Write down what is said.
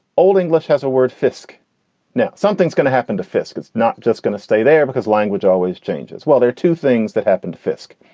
old english has a word, fisk now something's gonna happen to fisk. it's not just going to stay there because language always changes. well, there are two things that happened to fisk.